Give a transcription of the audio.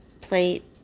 plate